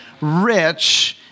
rich